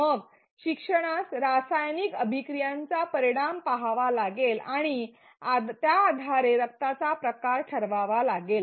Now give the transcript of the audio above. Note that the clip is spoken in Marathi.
मग शिकणाऱ्यास रासायनिक अभिक्रियाचा परिणाम पहावा लागेल आणि त्या आधारे रक्ताचा प्रकार ठरवावा लागेल